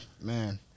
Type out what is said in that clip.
man